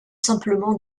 simplement